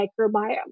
microbiome